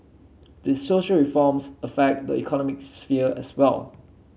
these social reforms affect the economy sphere as well